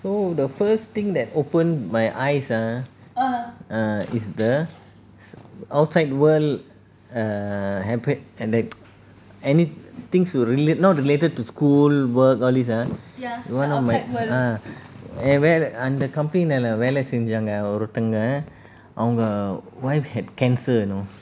so the first thing that open my eyes ah uh is the outside world err happe~ err like any things relat~ not related to school work all these ah one of my ah அந்த:antha company ல வேலை செஞ்சாங்க ஒருத்தங்க அவங்க:la velai senjaanga oruthanga avanga wife had cancer you know